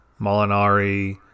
Molinari